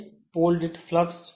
pole દીઠ flux 0